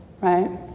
right